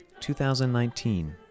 2019